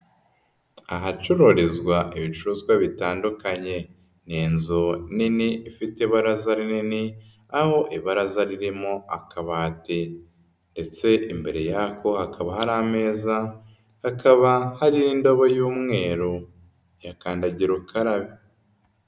Ahacururizwa ibicuruzwa bitandukanye, ni inzu nini ifite ibaraza rinini, aho ibaraza ririmo akabati ndetse imbere yako, hakaba hari ameza, hakaba hari n'indobo y'umweru, ya kandagira ukarabe.